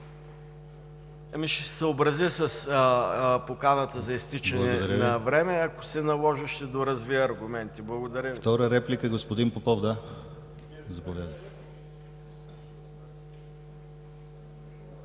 Ами ще се съобразя с поканата за изтичане на времето. Ако се наложи, ще доразвия аргументите. Благодаря.